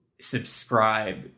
subscribe